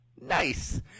Nice